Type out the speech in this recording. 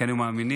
כי אנחנו מאמינים